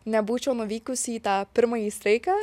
nebūčiau nuvykusi į tą pirmąjį streiką